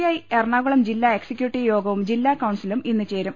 I Ernakulam ജില്ലാ executive യോഗവും ജില്ലാ കൌൺസിലും ഇന്ന് ചേരും